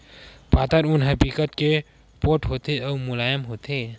पातर ऊन ह बिकट के पोठ होथे अउ मुलायम होथे